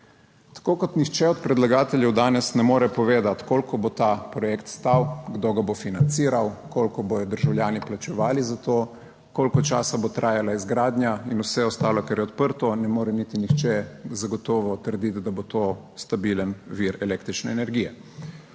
Tako kot nihče od predlagateljev danes ne more povedati koliko bo ta projekt stal, kdo ga bo financiral, koliko bodo državljani plačevali za to, koliko časa bo trajala izgradnja in vse ostalo, kar je odprto, ne more niti nihče zagotovo trditi, da bo to stabilen vir električne energije.